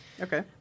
Okay